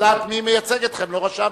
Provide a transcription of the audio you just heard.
לדעת מי מייצג אתכם, לא רשמתם.